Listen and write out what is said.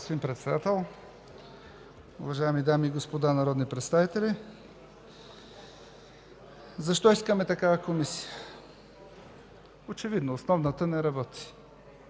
Благодаря, господин Председател. Уважаеми дами и господа народни представители! Защо искаме такава комисия? Очевидно – основната не работи,